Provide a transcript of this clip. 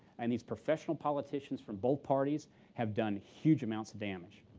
and these professional politicians from both parties have done huge amounts of damage.